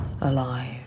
alive